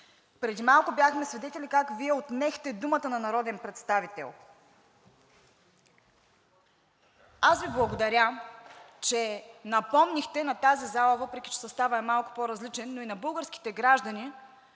Преди малко бяхме свидетели как Вие отнехте думата на народен представител. Аз Ви благодаря, че напомнихте на тази зала, въпреки че съставът е малко по-различен, но и на българските граждани